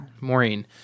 Maureen